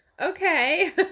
okay